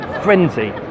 Frenzy